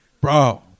bro